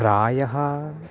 प्रायः